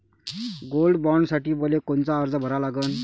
Gold बॉण्डसाठी मले कोनचा अर्ज भरा लागन?